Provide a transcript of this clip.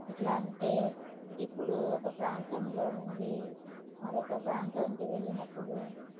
ఎట్లాంటే ఇప్పుడు ఒక ప్రాంతంలో నుండి మరొక ప్రాంతానికి వెళ్ళినప్పుడు